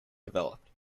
developed